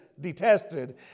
detested